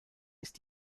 ist